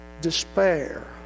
despair